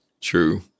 True